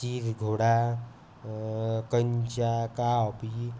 चिरघोडा कंचा कापी